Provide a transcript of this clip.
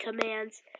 commands